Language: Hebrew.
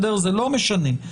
זה לא משנה.